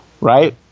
right